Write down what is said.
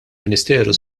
ministeru